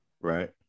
Right